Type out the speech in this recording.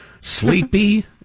Sleepy